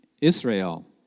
Israel